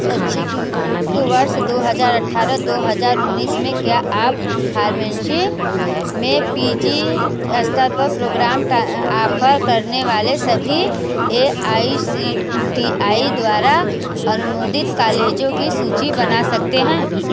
शैक्षिणिक वर्ष दो हज़ार अठारह दो हज़ार उन्नीस में क्या आप फ़ार्मेसी में पी जी स्तर पर प्रोग्राम टा ऑफ़र करने वाले सभी A I C T I द्वारा अनुमोदित कॉलेजों की सूची बना सकते हैं